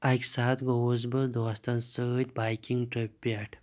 اکہِ ساتہٕ گوٚوُس بہٕ دوستَن سۭتۍ بایکِنگ ٹرٕپ پٮ۪ٹھ